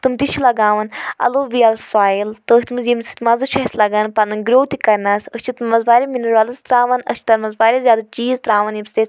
تِم تہِ چھِ لگاوان الوویل سۄیل تٔتھۍ مَنٛز مَزٕ چھُ اسہِ لگان پنٕنۍ گرٛو تہِ کرنَس أسۍ چھِ مَنٛز واریاہ مِنرَلٕز ترٛاوان أسۍ چھِ تتھ مَنٛز واریاہ زیادٕ چیٖز ترٛاوان ییٚمہِ سۭتۍ أسۍ